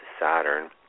Saturn